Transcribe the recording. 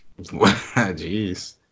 Jeez